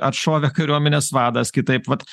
atšovė kariuomenės vadas kitaip vat